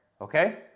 okay